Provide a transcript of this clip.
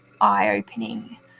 eye-opening